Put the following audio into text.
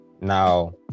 Now